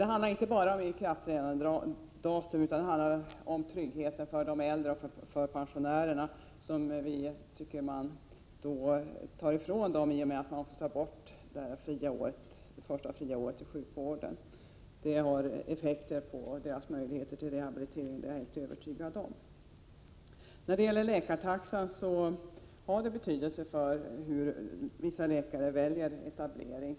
Det handlar inte bara om när reformen skall träda i kraft, det handlar om tryggheten för de äldre och pensionärerna. Vi tycker att man tar ifrån dem tryggheten i och med att man tar bort det avgiftsfria året vid sjukhusvård. Jag är helt övertygad om att det påverkar deras möjligheter till rehabilitering. Läkartaxan har betydelse för vissa läkares val av etablering.